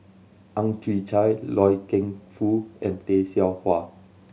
Ang Chwee Chai Loy Keng Foo and Tay Seow Huah